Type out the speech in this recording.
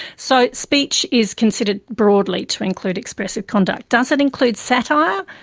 so speech is considered broadly to include expressive conduct. does it include satire?